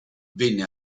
venne